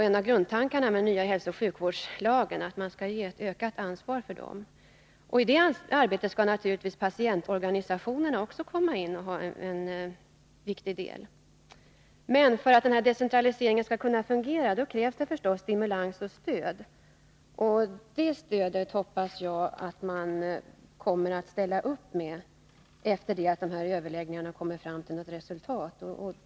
En av grundtankarna med den nya hälsooch sjukvårdslagen är att man skall ge ett ökat ansvar till sjukvårdshuvudmännen. I det arbetet skall naturligtvis också patientorgani sationerna komma in som en viktig del. För att den här decentraliseringen skall kunna fungera krävs det förstås stimulans och stöd. Det stödet hoppas jag att man kommer att ställa upp med när de här överläggningarna har lett fram till något resultat.